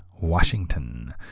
Washington